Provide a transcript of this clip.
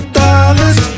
dollars